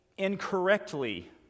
incorrectly